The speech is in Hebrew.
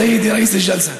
סייד א-ראיס אל-ג'לסה.